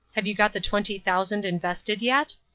have you got the twenty thousand invested yet?